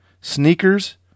sneakers